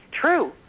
true